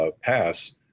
pass